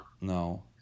No